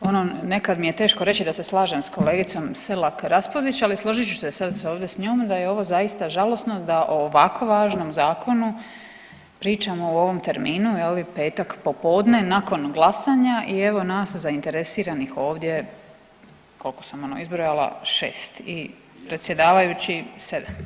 ono nekad mi je teško reći da se slažem s kolegicom Selak Rasupdić, ali složit ću se sad ovdje s njom da je ovo zaista žalosno da o ovako važnom zakonu pričamo u ovom terminu je li petak popodne nakon glasanja i evo nas zainteresiranih ovdje koliko sam ono izbrojala, šest i predsjedavajući sedam.